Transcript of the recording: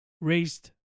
raised